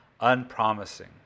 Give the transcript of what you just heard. unpromising